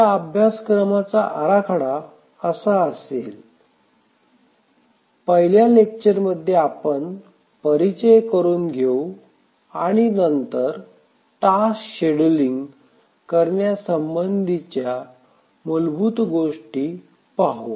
ह्या अभ्यासक्रमाचा आराखडा असा असेल पहिल्या लेक्चरमध्ये आपण परिचय करून घेऊ आणि नंतर टास्क शेड्यूलिंग करण्यासंबंधीच्या मुलभूत गोष्टी पाहू